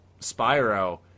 Spyro